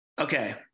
Okay